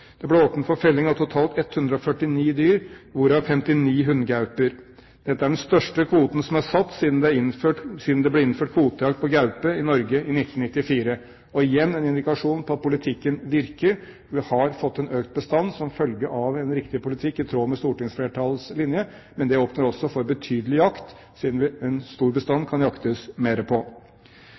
Det ble åpnet for felling av totalt 149 dyr, hvorav 58 hunngauper. Dette er den største kvoten som er satt siden det ble innført kvotejakt på gaupe i Norge i 1994. Det er igjen en indikasjon på at politikken virker. Vi har fått en økt bestand som følge av en riktig politikk, i tråd med stortingsflertallets linje. Men det åpner også for betydelig jakt, siden en stor bestand kan jaktes mer på.